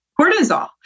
cortisol